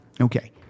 Okay